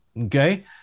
Okay